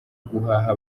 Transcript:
guhaha